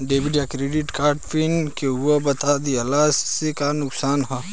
Debit या credit card pin केहूके बता दिहला से का नुकसान ह?